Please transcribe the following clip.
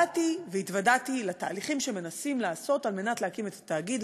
באתי והתוודעתי לתהליכים שמנסים לעשות על מנת להקים את התאגיד,